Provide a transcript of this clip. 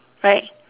right